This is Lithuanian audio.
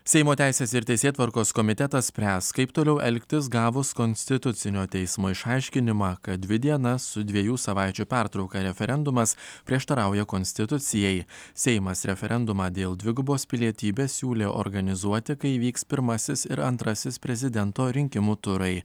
seimo teisės ir teisėtvarkos komitetas spręs kaip toliau elgtis gavus konstitucinio teismo išaiškinimą kad dvi dienas su dviejų savaičių pertrauką referendumas prieštarauja konstitucijai seimas referendumą dėl dvigubos pilietybės siūlė organizuoti kai įvyks pirmasis ir antrasis prezidento rinkimų turai